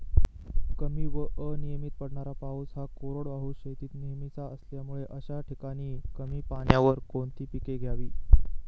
कमी व अनियमित पडणारा पाऊस हा कोरडवाहू शेतीत नेहमीचा असल्यामुळे अशा ठिकाणी कमी पाण्यावर कोणती पिके घ्यावी?